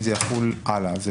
אם זה יחול הלאה.